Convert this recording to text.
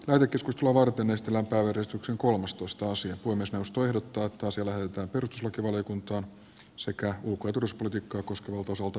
värikäs lovartömistä pöyristyksen kolmastoista sija puhemiesneuvosto ehdottaa että asia lähetetään perustuslakivaliokuntaan sekä ulko ja turvallisuuspolitiikkaa koskevalta osalta ulkoasiainvaliokuntaan